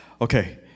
Okay